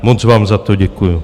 Moc vám za to děkuji.